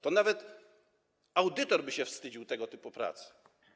To nawet audytor by się wstydził tego typu prac.